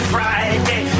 Friday